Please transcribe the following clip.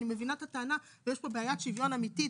אני מבינה את הטענה ויש פה בעיית שוויון אמיתית,